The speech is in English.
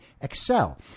excel